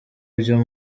byo